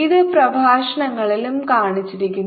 ഇത് പ്രഭാഷണങ്ങളിലും കാണിച്ചിരിക്കുന്നു